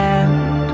end